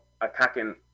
attacking